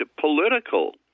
political